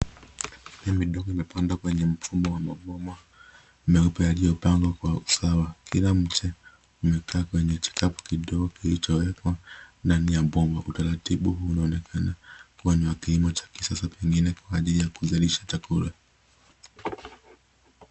Mimea midogo imepandwa kwenye mfumo wa mabomba meupe yaliyopangwa kwa usawa. Kila mche umekaa kwenye chikapu kidogo kilichowekwa na ni ya bomba. Utaratibu unaonekana kuwa ni wa kilimo cha kisasa pengine kwa ajili ya kuzalisha chakula.